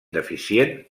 deficient